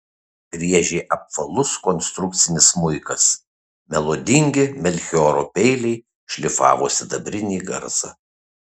griežė apvalus konstrukcinis smuikas melodingi melchioro peiliai šlifavo sidabrinį garsą